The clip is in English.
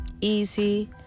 easy